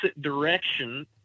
direction